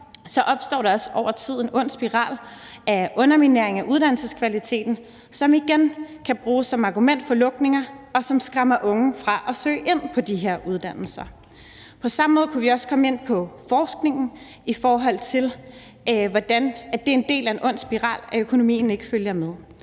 opstår der også over tid en ond spiral af underminering af uddannelseskvaliteten, som igen kan bruges som argument for lukninger, og som skræmmer unge fra at søge ind på de her uddannelser. På samme måde kunne vi også komme ind på forskningen, i forhold til hvordan det er en del af en ond spiral, at økonomien ikke følger med.